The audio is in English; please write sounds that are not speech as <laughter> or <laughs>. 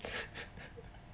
<laughs>